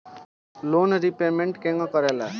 Loan repayment केगा काम करेला?